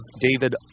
David